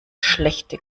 schlechte